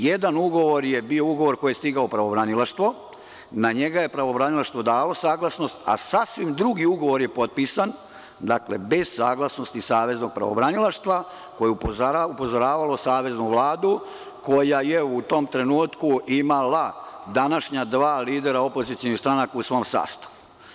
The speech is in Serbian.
Jedan ugovor je bio ugovor koji je stigao u pravobranilaštvo, na njega je pravobranilaštvo dalo saglasnost, a sasvim drugi ugovor je potpisan bez saglasnosti Saveznog pravobranilaštva koje je upozoravalo Saveznu vladu, koja je u tom trenutku imala današnja dva lidera opozicionih stranaka u svom sastavu.